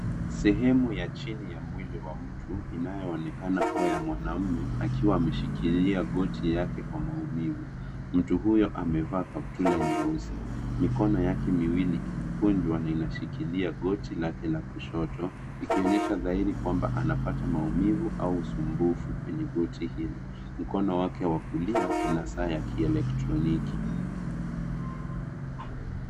Sehemu ya chini ya mwili wa mtu inayoonekana kuwa ya mwanaume akiwa ameshikilia goti yake kwa maumivu. Mtu huyo amevaa kaptula nyeusi. Mikono yake miwili imekunjwa na inashikilia goti lake la kushoto ikionyesha zaidi kwamba anapata maumivu au usumbufu kwenye goti hilo. Mkono wake wa kulia una saa ya kielektroniki.